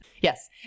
yes